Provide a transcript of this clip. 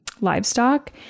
livestock